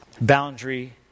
boundary